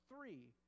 three